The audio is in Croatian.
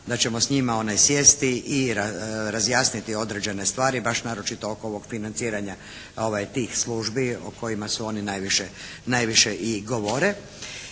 da ćemo s njima sjesti i razjasniti određene stvari baš naročito oko ovog financiranja tih službi o kojima su oni najviše i govore.